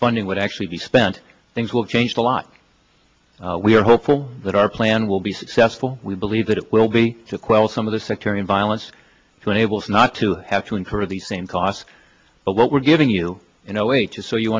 funding would actually be spent things will change a lot we are hopeful that our plan will be successful we believe that it will be to quell some of the sectarian violence going abel's not to have to incur the same costs but what we're giving you in a way to so you